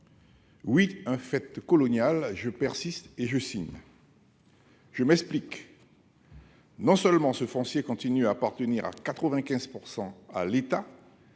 Oui, un fait colonial, je persiste et je signe ! Je m'explique : non seulement ce foncier continue d'appartenir, pour 95 %, à l'État,